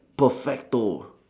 prefect to